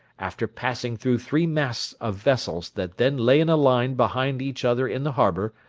after passing through three masts of vessels that then lay in a line behind each other in the harbour,